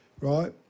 right